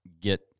get